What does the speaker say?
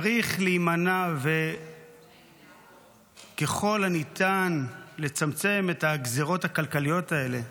צריך להימנע וככל הניתן לצמצם את הגזרות הכלכליות האלה,